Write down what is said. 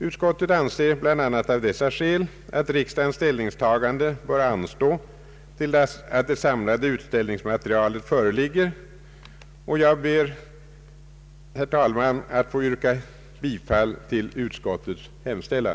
Utskottet anser bl.a. av dessa skäl att riksdagens ställningstagande bör anstå till dess det samlade utredningsmaterialet föreligger. Jag ber, herr talman, att få yrka bifall till utskottets hemställan.